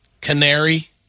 Canary